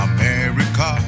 America